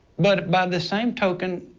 but by the same token,